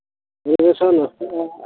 ᱯᱚᱨᱤᱵᱮᱥ ᱦᱚᱸ ᱱᱚᱥᱴᱚᱜ ᱟ